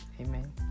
Amen